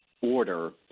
order